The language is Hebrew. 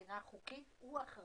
מי שרשמית חותם על האישור זה אמ"ר.